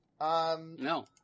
No